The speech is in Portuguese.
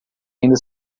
ainda